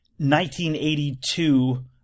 1982 –